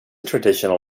traditional